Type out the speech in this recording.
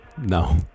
No